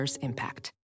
impact